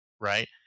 right